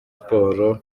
sports